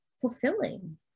fulfilling